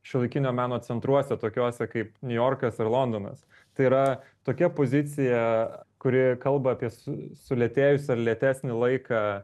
šiuolaikinio meno centruose tokiuose kaip niujorkas ar londonas tai yra tokia pozicija kuri kalba apie su sulėtėjusį ar lėtesnį laiką